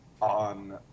on